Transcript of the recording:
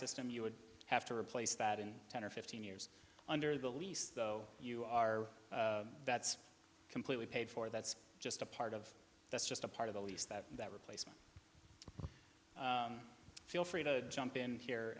system you would have to replace that in ten or fifteen years under the lease though you are that's completely paid for that's just a part of that's just a part of the lease that that replacement feel free to jump in here